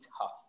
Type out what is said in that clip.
tough